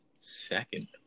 second